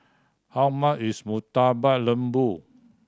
how much is Murtabak Lembu